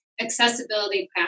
accessibility